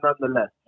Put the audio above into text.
nonetheless